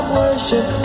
worship